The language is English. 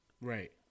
Right